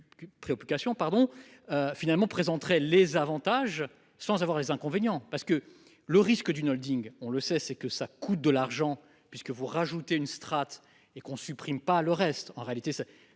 préoccupation pardon. Finalement présenterait les avantages sans avoir les inconvénients parce que le risque d'une Holding, on le sait, c'est que ça coûte de l'argent, puisque vous rajouté une strate et qu'on supprime pas le reste en réalité ça